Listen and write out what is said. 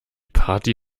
party